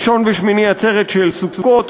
ראשון ושמיני עצרת של סוכות,